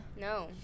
No